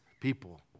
people